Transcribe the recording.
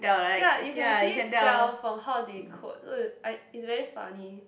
ya you can actually tell from how they code so it's I it's very funny